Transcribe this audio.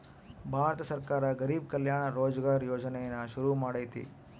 ಭಾರತ ಸರ್ಕಾರ ಗರಿಬ್ ಕಲ್ಯಾಣ ರೋಜ್ಗರ್ ಯೋಜನೆನ ಶುರು ಮಾಡೈತೀ